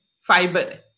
Fiber